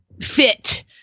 fit